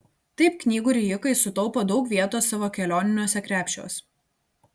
taip knygų rijikai sutaupo daug vietos savo kelioniniuose krepšiuos